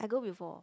I go before